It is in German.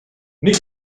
nick